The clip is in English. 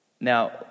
Now